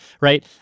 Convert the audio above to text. right